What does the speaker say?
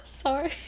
Sorry